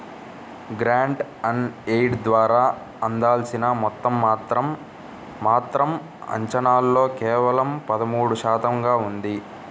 grant on aid ద్వారా అందాల్సిన మొత్తం మాత్రం మాత్రం అంచనాల్లో కేవలం పదమూడు శాతంగా ఉంది